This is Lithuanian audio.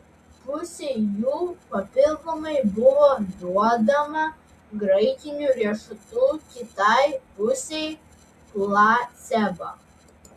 pusei jų papildomai buvo duodama graikinių riešutų kitai pusei placebo